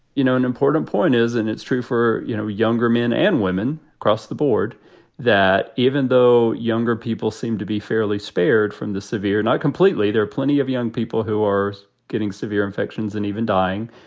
you know, an important point is and it's true for, you know, younger men and women across the board that even though younger people seem to be fairly spared from the severe. not completely. there are plenty of young people who are getting severe infections and even dying,